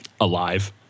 Alive